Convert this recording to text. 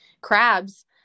crabs